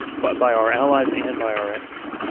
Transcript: but by our allies and by our enemies.